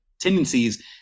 tendencies